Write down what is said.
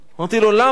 שאלתי: למה?